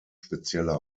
spezieller